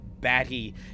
Batty